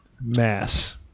mass